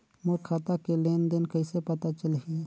मोर खाता के लेन देन कइसे पता चलही?